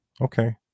Okay